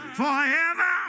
forever